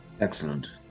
Excellent